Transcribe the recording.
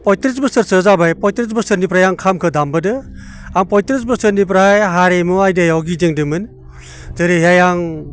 फयथ्रिस बोसोरसो जाबाय फयथ्रिस बोसोरनिफ्राय आं खामखो दामबोदो आं फयथ्रिस बोसोरनिफ्राय हारिमु आयदायाव गिदिंदोंमोन जेरैहाय आं